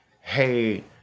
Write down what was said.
hey